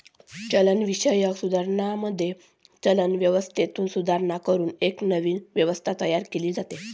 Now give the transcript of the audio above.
चलनविषयक सुधारणांमध्ये, चलन व्यवस्थेत सुधारणा करून एक नवीन व्यवस्था तयार केली जाते